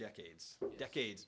decades decades